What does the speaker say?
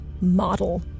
model